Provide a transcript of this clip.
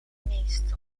miejscu